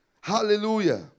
Hallelujah